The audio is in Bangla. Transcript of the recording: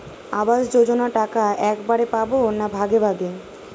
আবাস যোজনা টাকা একবারে পাব না ভাগে ভাগে?